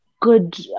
good